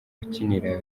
ukinira